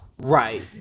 Right